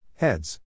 Heads